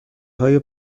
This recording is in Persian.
های